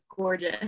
gorgeous